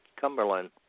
Cumberland